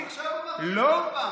עכשיו אמרת את זה עוד פעם.